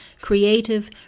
creative